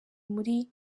muri